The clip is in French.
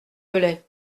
velay